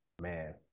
Man